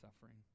suffering